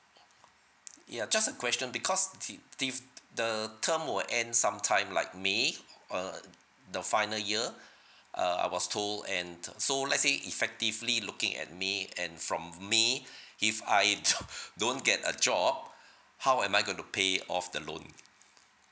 ya just a question because t~ the~ the term will end sometime like may uh the final year uh I was told and so let's say effectively looking at may and from may if I don~ don't get a job how am I going to pay off the loan